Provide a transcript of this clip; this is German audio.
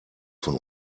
von